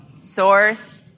source